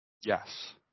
Yes